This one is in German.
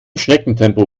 schneckentempo